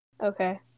Okay